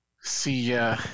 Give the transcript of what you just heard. See